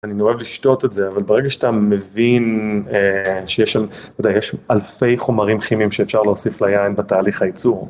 אני אוהב לשתות את זה, אבל ברגע שאתה מבין שיש אלפי חומרים כימיים שאפשר להוסיף ליין בתהליך הייצור.